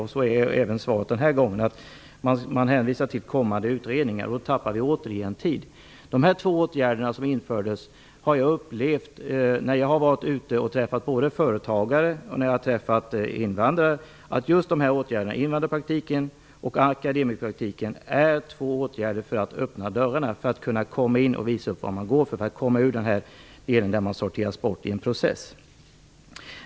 Svaret är även den här gången en hänvisning till kommande utredningar. På det sättet tappar vi återigen tid. När jag har varit ute och träffat både företagare och invandrare har jag upplevt att just åtgärderna invandrarpraktik och akademikerkpraktik är två åtgärder som öppnar dörrarna, så att de kan komma in och visa upp vad de går för. Det gör att de kan komma ifrån detta att sorteras bort i en process.